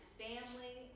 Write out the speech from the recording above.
family